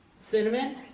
cinnamon